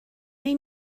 neu